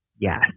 Yes